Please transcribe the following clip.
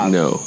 no